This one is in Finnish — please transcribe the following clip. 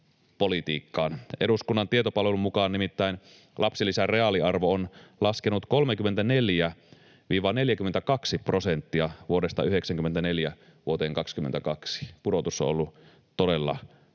politiikkaan. Eduskunnan tietopalvelun mukaan nimittäin lapsilisän reaaliarvo on laskenut 34—42 prosenttia vuodesta 94 vuoteen 22. Pudotus on ollut todella suuri,